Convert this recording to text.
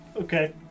Okay